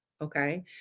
Okay